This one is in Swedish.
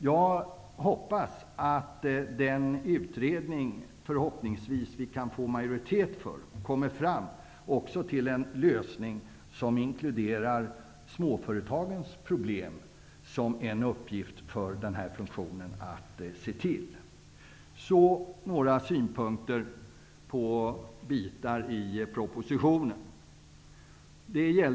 Jag hoppas att den utredning som vi förhoppningsvis skall få majoritet för kan få fram en lösning som inkluderar småföretagens problem. En allmänhetens bankombudsman skulle här fylla en mycket viktig funktion. Så några synpunkter på en del avsnitt i propositionen.